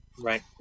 Right